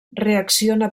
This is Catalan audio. reacciona